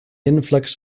influx